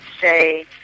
say